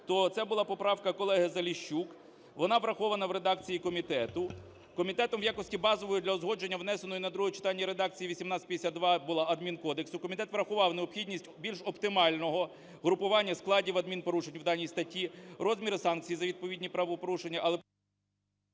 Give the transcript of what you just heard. то це була поправка колеги Заліщук. Вона врахована в редакції комітету. Комітетом в якості базової для узгодження внесеної на друге читання редакції 18-52 була Адмінкодексу, комітет врахував необхідність більш оптимального групування складів адмінпорушень в даній статті, розміри санкцій за відповідні правопорушення,